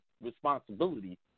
responsibility